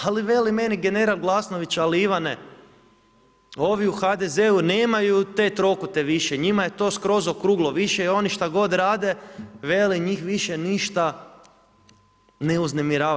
Ali veli meni general Glasnović, ali Ivane, ovi u HDZ-u nemaju te trokute više, njima je to skroz okruglo, više oni šta god rade, veli, njih više ništa ne uznemirava.